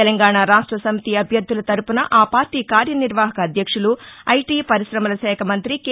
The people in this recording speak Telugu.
తెలంగాణ రాష్టసమితి అభ్యర్దుల తరఫున ఆపాద్టీ కార్యనిర్వాహక అధ్యక్షుడు ఐటీ పర్కాశమల శాఖ మంత్రి కె